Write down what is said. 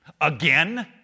again